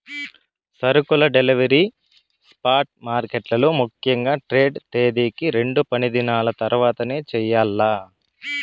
సరుకుల delivery spot మార్కెట్లలో ముఖ్యంగా ట్రేడ్ తేదీకి రెండు పనిదినాల తర్వాతనే చెయ్యాల్ల